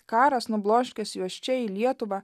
karas nubloškęs juos čia į lietuvą